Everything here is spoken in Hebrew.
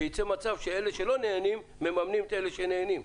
וייצא מצב שאלה שלא נהנים מממנים את אלה שנהנים,